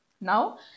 now